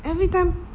every time